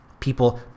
People